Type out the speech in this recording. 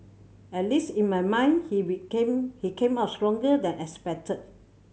at least in my mind he became he come out stronger than expected